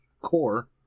core